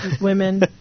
women